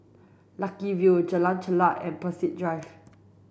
Lucky View Jalan Chulek and Peirce Drive